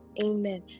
Amen